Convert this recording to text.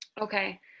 Okay